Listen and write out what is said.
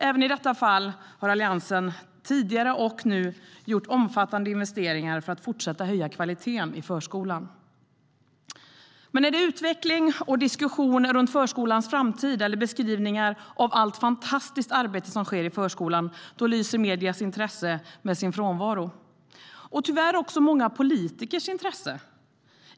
Även i detta fall har Alliansen tidigare och nu gjort omfattande investeringar för att fortsätta höja kvaliteten i förskolan. Men när det handlar om utveckling och diskussion om förskolans framtid eller beskrivningar av allt fantastiskt arbete som sker i förskolan lyser mediernas intresse med sin frånvaro, och tyvärr också många politikers intresse.